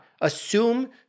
assume